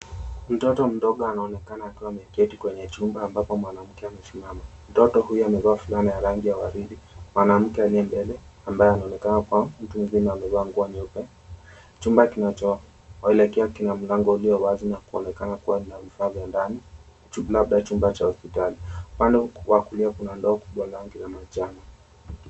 Mtoto mdogo anaonekana akiwa ameketi kwenye chumba ambapo mwanamke amesimama. Mtoto huyo amevaa fulana ya rangi ya waridi. Mwanamke aliyembele amabaye anaonekana mtu mzima aliyevalia nguo nyeupe, chumba kinacho elekea kina mlango ulio wazi na kuonekana kuwa una vifaa vya ndani, labda chumba cha hospitali. Upande wa kulia kuna ndoo kubwa la langi ya manjano.